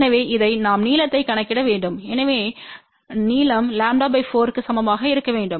எனவே இதை நாம் நீளத்தை கணக்கிட வேண்டும் எனவே நீளம் λ 4 க்கு சமமாக இருக்க வேண்டும்